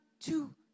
two